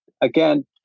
Again